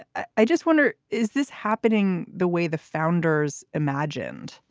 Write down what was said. i just wonder, is this happening the way the founders imagined?